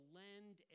lend